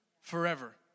forever